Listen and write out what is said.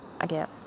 again